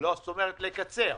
זאת אומרת, לקצר.